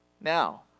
Now